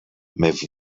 vous